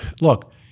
Look